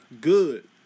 Good